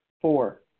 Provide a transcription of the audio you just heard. Four